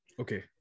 Okay